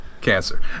Cancer